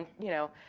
you know,